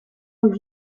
und